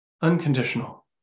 unconditional